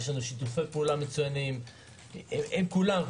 יש לנו שיתופי פעולה מצוינים עם כולם.